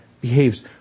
behaves